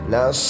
Now